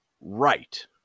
right